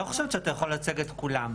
אני לא חושבת שאתה יכול לייצג את כולם.